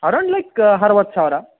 around like ಅರ್ವತ್ತು ಸಾವಿರ